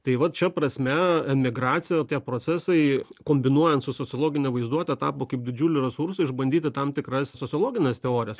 tai vat šia prasme emigracija tie procesai kombinuojant su sociologine vaizduote tapo kaip didžiuliu resursu išbandyti tam tikras sociologines teorijas